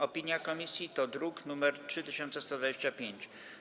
Opinia komisji to druk nr 3125.